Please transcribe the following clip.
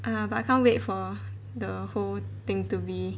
!aiya! but I can't wait for the whole thing to be